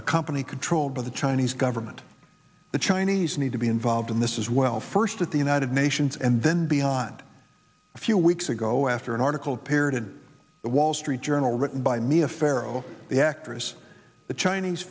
a company controlled by the chinese government the chinese need to be involved in this as well first that the united nations and then beyond a few weeks ago after an article appeared in the wall street journal written by mia farrow the actress the chinese